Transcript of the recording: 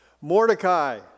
Mordecai